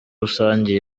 rusange